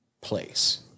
place